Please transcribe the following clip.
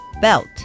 Belt